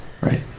Right